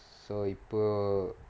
so you poor